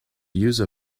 use